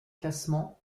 classements